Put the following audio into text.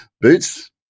boots